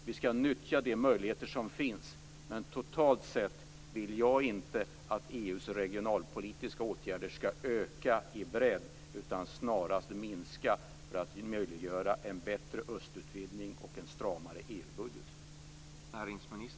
Vi skall nyttja de möjligheter som finns, men jag vill inte att EU:s regionalpolitiska åtgärder skall öka totalt sett eller i bredd, utan snarare att de skall minska. Det möjliggör en bättre östutvidgning och en stramare EU-budget.